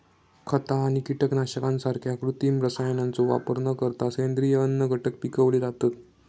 खता आणि कीटकनाशकांसारख्या कृत्रिम रसायनांचो वापर न करता सेंद्रिय अन्नघटक पिकवले जातत